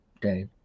day